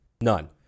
None